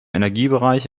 energiebereich